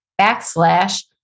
backslash